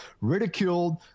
ridiculed